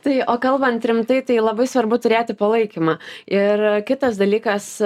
tai o kalbant rimtai tai labai svarbu turėti palaikymą ir kitas dalykas